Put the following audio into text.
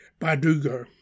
Badugo